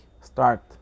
start